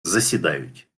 засідають